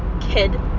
kid